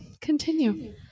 Continue